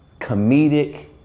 comedic